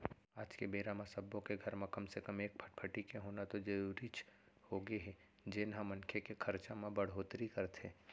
आज के बेरा म सब्बो के घर म कम से कम एक फटफटी के होना तो जरूरीच होगे हे जेन ह मनखे के खरचा म बड़होत्तरी करथे